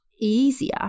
easier